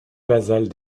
basales